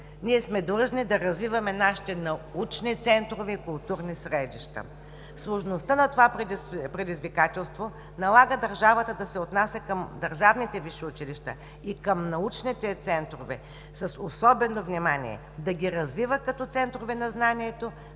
Ние сме длъжни да развиваме нашите научни центрове и културни средища. Сложността на това предизвикателство налага държавата да се отнася към държавните висши училища и към научните центрове с особено внимание – да ги развива като центрове на знанието,